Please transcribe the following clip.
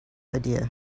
idea